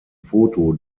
foto